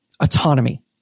Autonomy